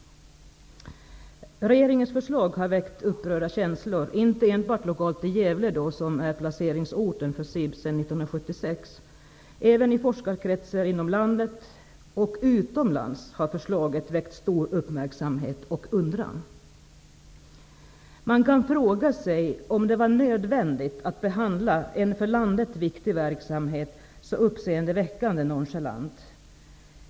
Regeringens förslag har väckt upprörda känslor, inte enbart i Gävle, som är lokaliseringsort för SIB sedan 1976. Även i forskarkretsar inom landet och också utomlands har förslaget väckt stor uppmärksamhet och undran. Man kan fråga sig om det var nödvändigt att behandla en för landet viktig verksamhet så uppseendeväckande nonchalant.